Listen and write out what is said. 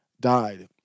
died